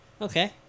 Okay